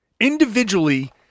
Individually